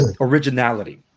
originality